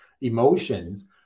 emotions